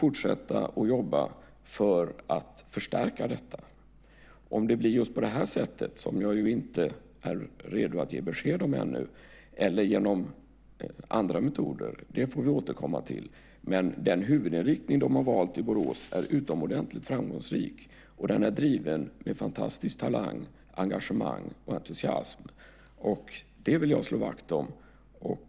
Om det blir just på det här sättet, som jag inte är redo att ge besked om ännu, eller genom andra metoder får vi återkomma till. Men den huvudinriktning de har valt i Borås är utomordentligt framgångsrik, och den är driven med fantastisk talang, engagemang och entusiasm. Det vill jag slå vakt om.